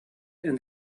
and